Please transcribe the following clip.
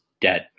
dead